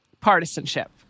partisanship